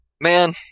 Man